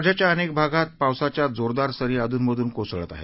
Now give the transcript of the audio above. राज्याच्या अनेक भागात पावसाच्या जोरदार सरी अधूनमधून कोसळत आहे